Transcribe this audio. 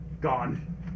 gone